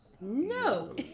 No